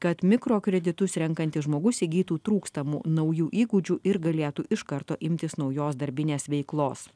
kad mikrokreditus renkantis žmogus įgytų trūkstamų naujų įgūdžių ir galėtų iš karto imtis naujos darbinės veiklos